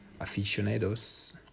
aficionados